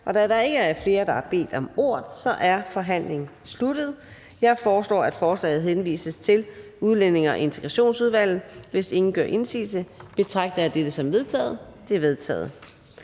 Da der ikke er flere, der har bedt om ordet, er forhandlingen sluttet. Jeg foreslår, at forslaget til folketingsbeslutning henvises til Udlændinge- og Integrationsudvalget. Og hvis ingen gør indsigelse, betragter jeg det som vedtaget. Det er vedtaget.